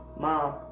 Mom